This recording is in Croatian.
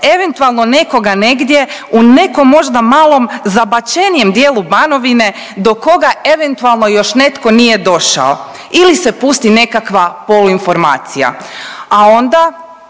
eventualno nekoga negdje u nekom možda malom zabačenijem dijelu Banovine do koga eventualno još netko nije došao ili se pusti nekakva polu informacija, a onda